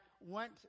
went